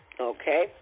Okay